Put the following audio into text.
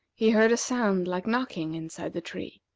he heard a sound like knocking inside the tree,